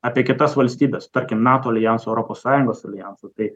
apie kitas valstybes tarkim nato aljansą europos sąjungos aljansą tai